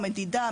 המדידה,